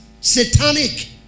satanic